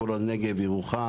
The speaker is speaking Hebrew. כל הנגב ירוחם,